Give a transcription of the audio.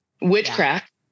witchcraft